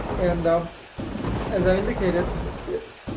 and um as i indicated,